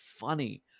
funny